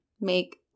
make